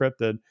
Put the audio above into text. encrypted